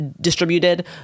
distributed